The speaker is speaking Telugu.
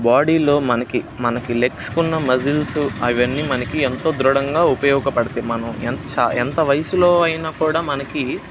బాడీలో మనకు మనకు లెగ్స్కు ఉన్న మజిల్స్ అవన్నీ మనకు ఎంతో దృఢంగా ఉపయోగపడతాయి మనం ఎంత చా ఎంత వయసులో అయినా కూడా మనకు